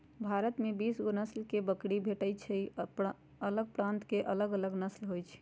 भारत में बीसगो नसल के बकरी भेटइ छइ अलग प्रान्त के लेल अलग नसल होइ छइ